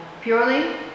purely